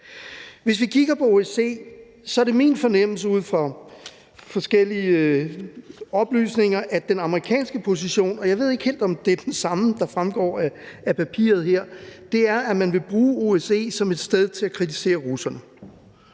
Hvis vi kigger på OSCE, er det min fornemmelse ud fra forskellige oplysninger, at den amerikanske position – og jeg ved ikke helt, om det er den samme, der fremgår af papiret her – at man vil bruge OSCE som et sted til at kritisere russerne.